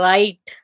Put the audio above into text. Right